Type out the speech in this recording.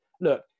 look